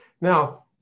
Now